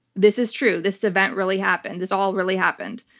this is true. this event really happened. this all really happened.